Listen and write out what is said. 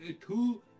Two